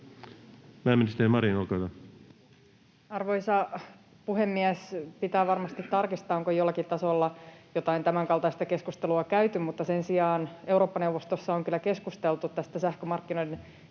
sd) Time: 16:21 Content: Arvoisa puhemies! Pitää varmasti tarkistaa, onko jollakin tasolla jotain tämänkaltaista keskustelua käyty, mutta sen sijaan Eurooppa-neuvostossa on kyllä keskusteltu tästä sähkömarkkinoiden